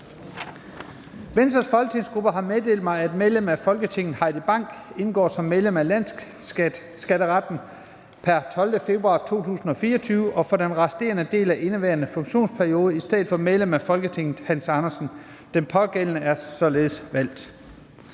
Venstres folketingsgruppe har meddelt mig, at medlem af Folketinget Heidi Bank indtrådte som medlem af Landsskatteretten pr. 12. februar 2024 og for den resterende del af indeværende funktionsperiode i stedet for medlem af Folketinget Hans Andersen. Den pågældende er således valgt.